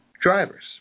drivers